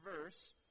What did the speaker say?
verse